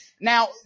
Now